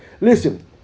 listen